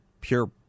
pure